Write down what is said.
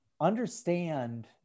understand